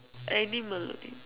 animal